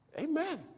Amen